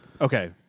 Okay